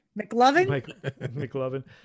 McLovin